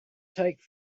take